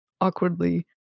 awkwardly